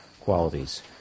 qualities